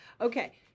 Okay